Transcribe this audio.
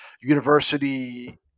university